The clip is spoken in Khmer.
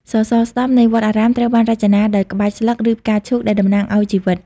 សសរស្ដម្ភ នៃវត្តអារាមត្រូវបានរចនាដោយក្បាច់ស្លឹក ឬផ្កាឈូកដែលតំណាងឱ្យជីវិត។